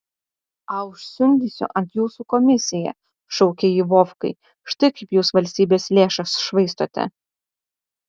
a užsiundysiu ant jūsų komisiją šaukė ji vovkai štai kaip jūs valstybės lėšas švaistote